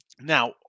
Now